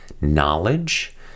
knowledge